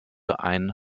ein